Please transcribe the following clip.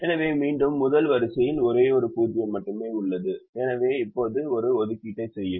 எனவே மீண்டும் முதல் வரிசையில் ஒரே ஒரு 0 மட்டுமே உள்ளது எனவே இப்போது ஒரு ஒதுக்கீட்டை செய்யுங்கள்